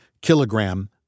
kilogram